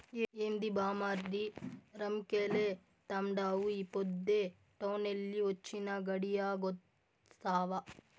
ఏంది బామ్మర్ది రంకెలేత్తండావు ఈ పొద్దే టౌనెల్లి వొచ్చినా, గడియాగొస్తావా